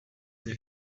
der